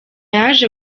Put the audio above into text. yaje